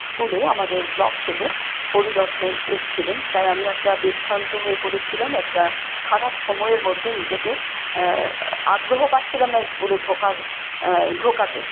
স্কুলে আমাদের ব্লক থেকে পরিদর্শক এসছিলেন তাই আমি একটা বিভ্রান্ত হয়ে পড়েছিলাম একটা খারাপ সময়ের মধ্যে নিজেকে আগ্রহ পাচ্ছিলাম না স্কুলে ঢোকার ঢোকাতে